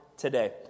Today